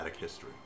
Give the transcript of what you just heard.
history